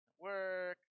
work